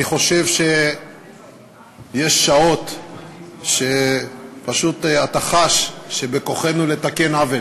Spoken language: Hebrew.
אני חושב שיש שעות שאתה פשוט חש שבכוחנו לתקן עוול.